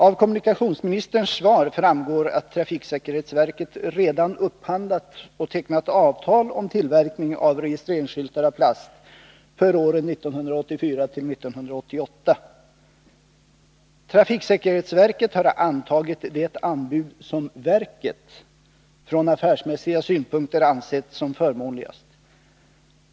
Av kommunikationsministerns svar framgår att trafiksäkerhetsverket redan upphandlat och tecknat avtal om tillverkning av registreringsskyltar av plast för åren 1984-1988. Trafiksäkerhetsverket har antagit det anbud som verket från affärsmässiga synpunkter ansett som förmånligast.